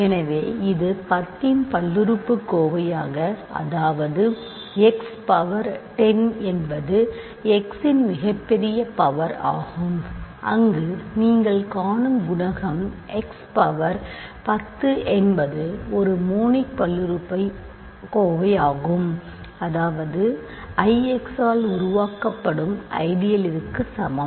எனவே இது 10 இன் பல்லுறுப்புக்கோவையாக அதாவது x பவர் 10 என்பது x இன் மிகப்பெரிய பவர் ஆகும் அங்கு நீங்கள் காணும் குணகம் x பவர் 10 என்பது ஒரு மோனிக் பல்லுறுப்புக்கோவை ஆகும் அதாவது Ix ஆல் உருவாக்கப்படும் ஐடியலிற்கு சமம்